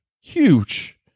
huge